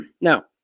now